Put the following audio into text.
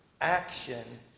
action